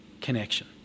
connection